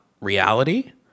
reality